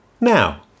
Now